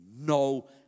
no